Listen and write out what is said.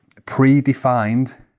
predefined